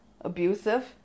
Abusive